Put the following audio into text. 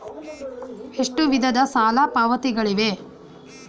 ಎಷ್ಟು ವಿಧದ ಸಾಲ ಪಾವತಿಗಳಿವೆ?